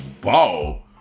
ball